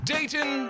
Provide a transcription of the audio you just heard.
Dayton